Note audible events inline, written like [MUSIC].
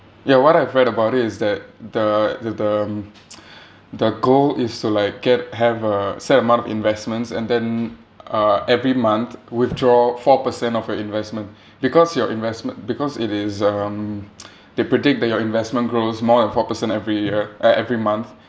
ya what I've read about it is that the the the [NOISE] the goal is to like get have a set amount of investments and then uh every month withdraw four percent of your investment because your investment because it is um [NOISE] they predict that your investment grows more than four per cent every year uh every month